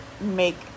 make